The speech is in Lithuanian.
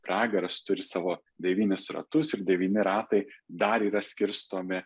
pragaras turi savo devynis ratus ir devyni ratai dar yra skirstomi